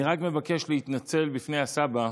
אני רק מבקש להתנצל בפני הסבא,